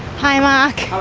hi mark!